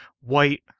white